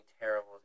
terrible